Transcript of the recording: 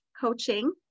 coaching